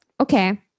Okay